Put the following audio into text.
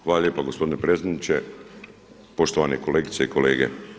Hvala lijepo gospodine predsjedniče, poštovane kolegice i kolege.